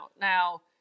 Now